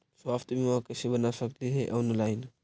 स्वास्थ्य बीमा कैसे बना सकली हे ऑनलाइन?